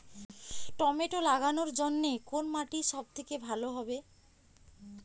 Tomato লাগানোর জন্যে কোন মাটি সব থেকে ভালো হবে?